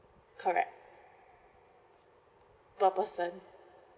correct per person